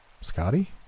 Scotty